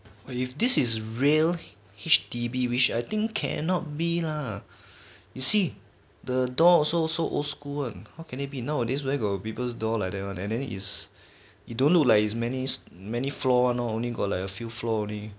but you if this is real H_D_B which I think cannot be lah you see the door also so old school one how can it be nowadays where got people's door like that one and then is you don't look like it's many floor one lor only got like a floor only